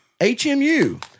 HMU